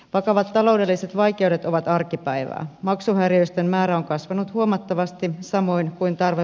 vakavat taloudelliset vaikeudet ovat arkipäivää maksuhäiriöisten määrä on kasvanut huomattavasti samoin kuin tarve